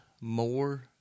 more